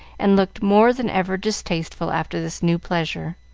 and looked more than ever distasteful after this new pleasure.